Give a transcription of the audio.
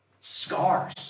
Scars